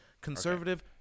Conservative